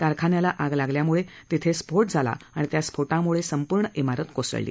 कारखान्याला आग लागल्यामुळे तिथे स्फोट झाला आणि त्या स्फोटामुळे संपूर्ण इमारत कोसळली